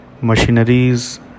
machineries